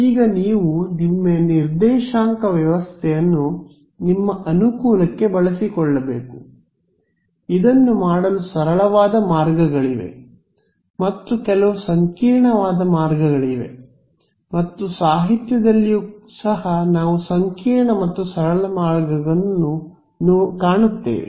ಈಗ ನೀವು ನಿಮ್ಮ ನಿರ್ದೇಶಾಂಕ ವ್ಯವಸ್ಥೆಯನ್ನು ನಿಮ್ಮ ಅನುಕೂಲಕ್ಕೆ ಬಳಸಿಕೊಳ್ಳಬೇಕು ಇದನ್ನು ಮಾಡಲು ಸರಳವಾದ ಮಾರ್ಗಗಳಿವೆ ಮತ್ತು ಕೆಲವು ಸಂಕೀರ್ಣವಾದ ಮಾರ್ಗಗಳಿವೆ ಮತ್ತು ಸಾಹಿತ್ಯದಲ್ಲಿಯೂ ಸಹ ನಾವು ಸಂಕೀರ್ಣ ಮತ್ತು ಸರಳ ಮಾರ್ಗಗಳನ್ನು ಕಾಣುತ್ತೇವೆ